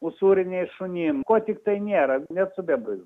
usūriniais šunim ko tiktai nėra net su bebrais